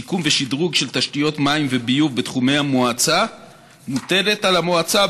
שיקום ושדרוג של תשתיות מים וביוב בתחומי המועצה מוטלת על המועצה,